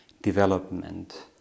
development